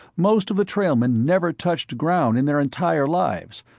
most of the trailmen never touched ground in their entire lives,